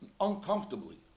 uncomfortably